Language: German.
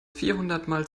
vierhundertmal